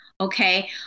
Okay